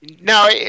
No